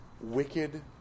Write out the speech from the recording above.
wicked